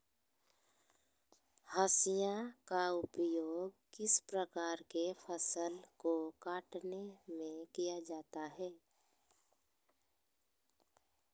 हाशिया का उपयोग किस प्रकार के फसल को कटने में किया जाता है?